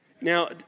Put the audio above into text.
Now